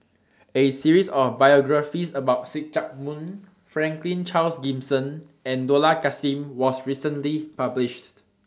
A series of biographies about See Chak Mun Franklin Charles Gimson and Dollah Kassim was recently published